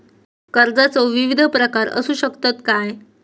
कर्जाचो विविध प्रकार असु शकतत काय?